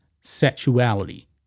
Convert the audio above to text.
sexuality